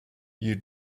you